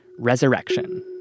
resurrection